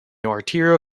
arterial